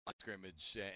scrimmage